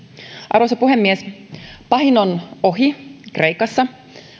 arvoisa puhemies pahin on ohi kreikassa